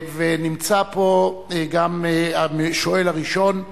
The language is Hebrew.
נמצא פה גם השואל הראשון,